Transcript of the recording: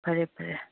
ꯐꯔꯦ ꯐꯔꯦ